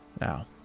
Now